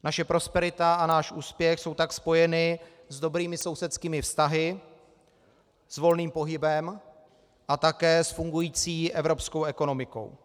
Naše prosperita a náš úspěch jsou tak spojeny s dobrými sousedskými vztahy, s volným pohybem a také s fungující evropskou ekonomikou.